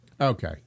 Okay